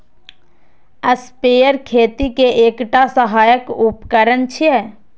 sprayer खेती के एकटा सहायक उपकरण छियै